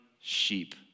sheep